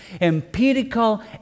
empirical